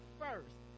first